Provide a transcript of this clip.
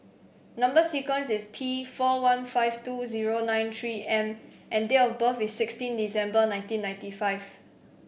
number sequence is T four one five two zero nine three M and date of birth is sixteen December nineteen ninety five